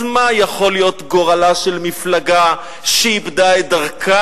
אז מה יכול להיות גורלה של מפלגה, שאיבדה את דרכה?